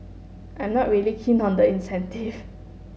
I'm not really keen on the incentive